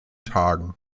tagen